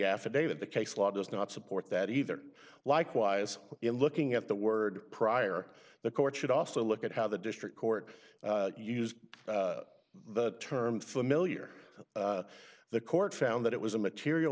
affidavit the case law does not support that either likewise in looking at the word pryor the court should also look at how the district court used the term familiar the court found that it was a material